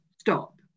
stop